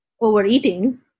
overeating